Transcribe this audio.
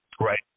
Right